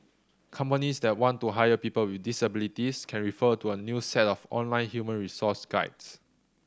companies that want to hire people with disabilities can refer to a new set of online human resource guides